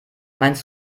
meinst